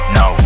no